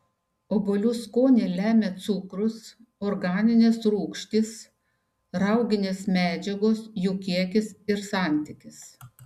obuolių skonį lemia cukrus organinės rūgštys rauginės medžiagos jų kiekis ir santykis